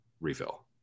refill